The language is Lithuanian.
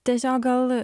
tiesiog gal